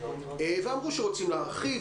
ואמרו שרוצים להרחיב,